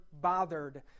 bothered